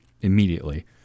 immediately